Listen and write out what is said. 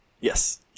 Yes